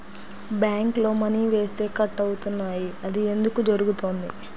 బ్యాంక్లో మని వేస్తే కట్ అవుతున్నాయి అది ఎందుకు జరుగుతోంది?